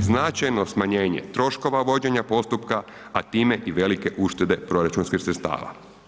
značajno smanjenje troškova vođenja postupka, a time i velike uštede proračunskih sredstava.